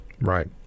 Right